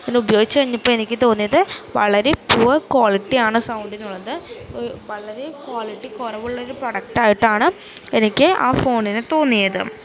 അത് ഉപയോഗിച്ച് കഴിഞ്ഞപ്പോള് എനിക്ക് തോന്നിയത് വളരെ പൂവർ ക്വാളിറ്റിയാണ് സൗണ്ടിനുള്ളത് ഈ വളരെ ക്വാളിറ്റി കുറവുള്ളൊരു പ്രൊഡക്റ്റായിട്ടാണ് എനിക്ക് ആ ഫോണിനെ തോന്നിയത്